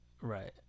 Right